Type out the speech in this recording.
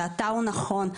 שהתא הוא נכון.